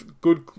good